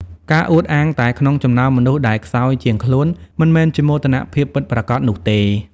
ការអួតអាងតែក្នុងចំណោមមនុស្សដែលខ្សោយជាងខ្លួន មិនមែនជាមោទនភាពពិតប្រាកដនោះទេ។